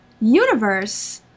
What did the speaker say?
universe